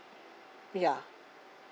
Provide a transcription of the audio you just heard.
yeah